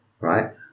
right